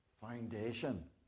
foundation